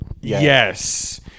Yes